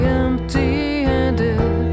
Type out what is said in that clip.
empty-handed